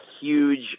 huge